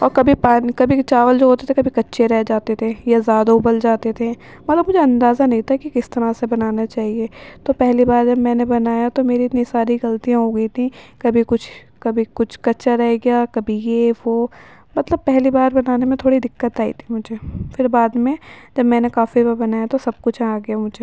اور کبھی پانی کبھی چاول جو ہوتے تھے کبھی کچّے رہ جاتے تھے یا زیادہ ابل جاتے تھے مطلب کچھ اندازہ نہیں تھا کہ کس طرح سے بنانا چاہیے تو پہلی بار میں نے بنایا تو میری اتنی ساری غلطیاں ہوگئی تھی کبھی کچھ کبھی کچھ کچّا رہ گیا کبھی یہ وہ مطلب پہلی بار بنانے میں تھوڑی دقّت آئی تھی مجھے پھر بعد میں جب میں نے کافی بار بنایا تو سب کچھ آ گیا مجھے